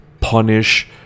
punish